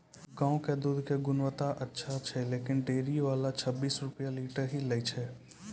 गांव के दूध के गुणवत्ता अच्छा छै लेकिन डेयरी वाला छब्बीस रुपिया लीटर ही लेय छै?